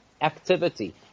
activity